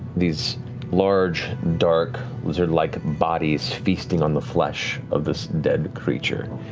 these large, dark, lizard-like bodies feasting on the flesh of this dead creature.